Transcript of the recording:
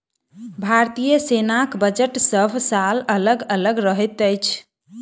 भारतीय सेनाक बजट सभ साल अलग अलग रहैत अछि